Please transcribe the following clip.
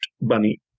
bunny